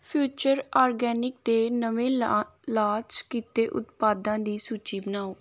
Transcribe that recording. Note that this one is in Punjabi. ਫਿਊਚਰ ਓਰਗੈਨਿਕ ਦੇ ਨਵੇਂ ਲਾ ਲਾਚ ਕੀਤੇ ਉਤਪਾਦਾਂ ਦੀ ਸੂਚੀ ਬਣਾਓ